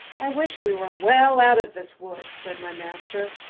i wish we were well out of this wood, said my master.